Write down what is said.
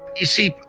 you see,